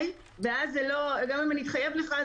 וגם אם אתחייב לך,